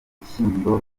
ibishyimbo